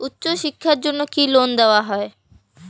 উচ্চশিক্ষার জন্য কি লোন দেওয়া হয়?